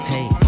Hey